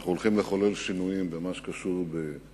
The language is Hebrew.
אנחנו הולכים לחולל שינויים במה שקשור בהיי-טק,